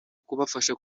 kubafasha